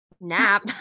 nap